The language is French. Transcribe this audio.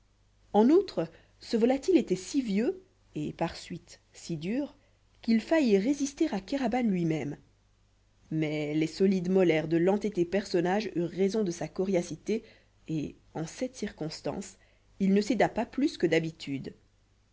en outre ce volatile était si vieux et par suite si dur qu'il faillit résister à kéraban lui-même mais les solides molaires de l'entêté personnage eurent raison de sa coriacité et en cette circonstance il ne céda pas plus que d'habitude